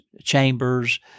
chambers